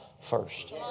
first